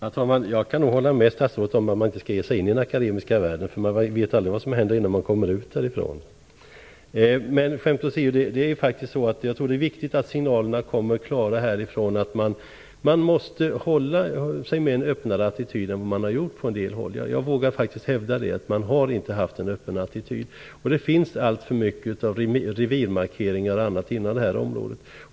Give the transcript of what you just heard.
Herr talman! Jag kan hålla med statsrådet om att man inte skall ge sig in i den akademiska världen. Man vet aldrig vad som händer innan man kommer ut därifrån. Men, skämt åsido, det är viktigt att signalerna härifrån är klara. Man måste hålla sig med en öppnare attityd än vad man har gjort på en del håll. Jag vågar faktiskt hävda att man inte har haft en öppen attityd. Det finns alltför mycket av revirmarkeringar och annat på det här området.